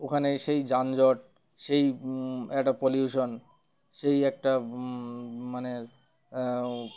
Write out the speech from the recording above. ওখানে সেই যানজট সেই একটা পলিউশন সেই একটা মানে